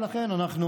לכן אנחנו